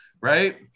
Right